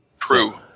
True